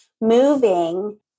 moving